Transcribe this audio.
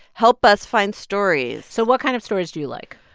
help us find stories so what kind of stories do you like?